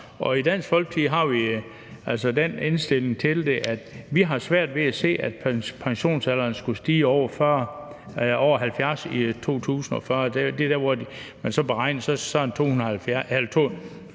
I Dansk Folkeparti har vi den indstilling til det, at vi har svært ved at se, at pensionsalderen skulle overstige 70 år i 2040 – det kommer ikke til at ske –